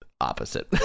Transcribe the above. opposite